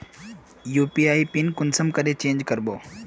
UPI PIN कुंसम करे change करबो?